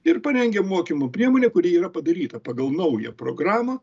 ir parengėm mokymo priemonę kuri yra padaryta pagal naują programą